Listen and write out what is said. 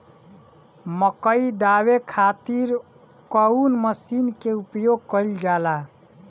मकई दावे खातीर कउन मसीन के प्रयोग कईल जाला?